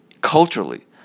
culturally